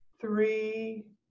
three